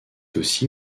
aussi